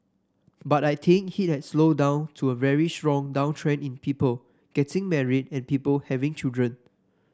but I think hit has slowed down to a very strong downtrend in people getting married and people having children